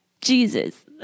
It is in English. Jesus